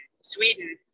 sweden